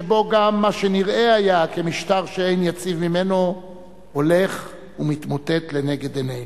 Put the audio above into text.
שבו גם מה שנראה היה כמשטר שאין יציב ממנו הולך ומתמוטט לנגד עינינו.